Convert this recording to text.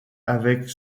avec